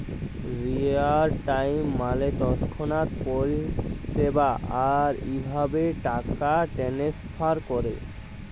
Real time মালে তৎক্ষণাৎ পরিষেবা, আর ইভাবে টাকা টেনেসফার ক্যরে